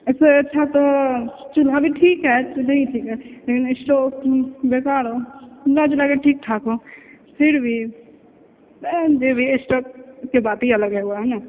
इससे अच्छा तऽ चूल्हा भी ठीक है नही ठीक है लेकिन स्टोव बेकार हो मिलाजुलाकर ठीक ठाक हो फिरभी आनि लेबही स्टोवके बात ही अलग है है ने